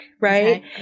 right